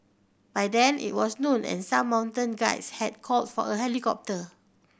by then it was noon and some mountain guides had called for a helicopter